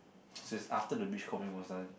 since after the brief comment was done